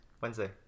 Wednesday